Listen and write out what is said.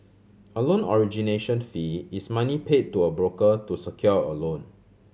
a loan origination fee is money pay to a broker to secure a loan